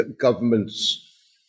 Governments